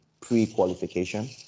pre-qualification